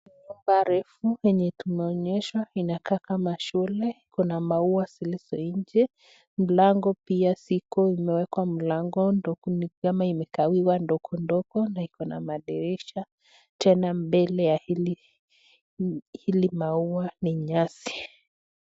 Nyumba refu venye tumeonyeshwa inakaa kama shule, iko na zilizo nje. Mlango pia ziko imewekwa mlango nikama imewakiwa ni ndogo ndogo, na iko na madirisha. Tena mbele ya hili maua ni nyasi.